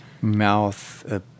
Mouth